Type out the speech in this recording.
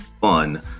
fun